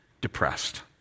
depressed